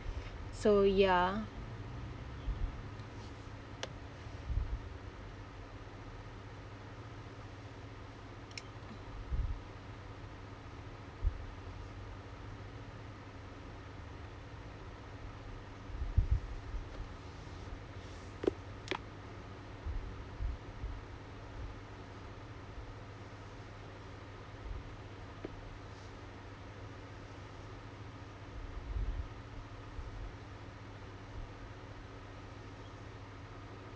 so ya